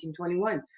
1921